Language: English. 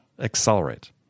accelerate